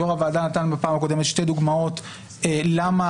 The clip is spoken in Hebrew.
יו"ר הוועדה נתן בפעם הקודמת שתי דוגמאות למה